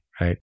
right